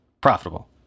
profitable